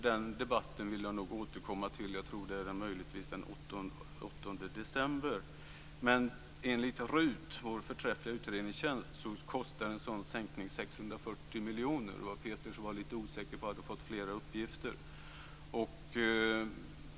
Den debatten vill jag återkomma till, möjligtvis den 8 december. Enligt RUT, vår förträffliga utredningstjänst, kostar en sådan sänkning 640 miljoner. Peter Pedersen var lite osäker på det, då han hade fått flera uppgifter.